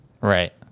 Right